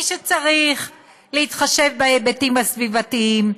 מי שצריך להתחשב בהיבטים הסביבתיים,